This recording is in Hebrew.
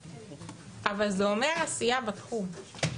אבל זה אומר עשיה בתחום.